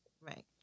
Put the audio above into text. Right